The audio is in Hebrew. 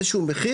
איזה שהוא מחיר,